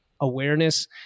awareness